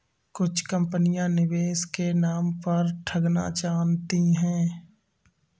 कुछ कंपनियां निवेश के नाम पर ठगना जानती हैं